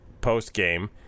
post-game